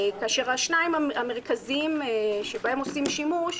כאשר השניים המרכזיים שבהם עושים שימוש: